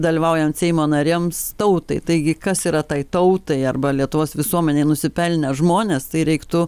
dalyvaujant seimo nariems tautai taigi kas yra tai tautai arba lietuvos visuomenei nusipelnę žmonės tai reiktų